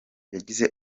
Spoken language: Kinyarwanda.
yagize